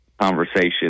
conversation